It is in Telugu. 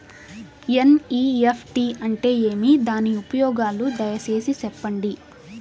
ఎన్.ఇ.ఎఫ్.టి అంటే ఏమి? దాని ఉపయోగాలు దయసేసి సెప్పండి?